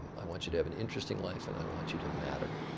i want you to have an interesting life and i want you to matter.